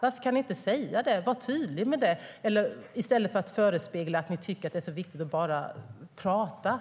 Varför kan ni inte säga det och vara tydliga med det, i stället för att förespegla att ni tycker att kultur är viktigt? Ni bara pratar.